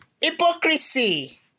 Hypocrisy